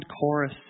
chorus